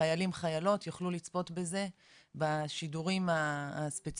חיילים וחיילות יוכלו לצפות בזה בשידורים הספציפיים,